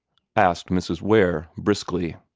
asked mrs. ware, briskly.